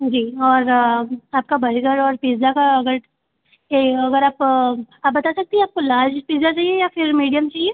जी और आपका बर्गर और पिज्ज़ा का अगर अगर आप आप बता सकती है आपको लार्ज चाहिए या फिर मीडियम चाहिए